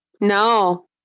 No